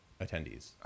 attendees